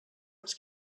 els